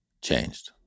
changed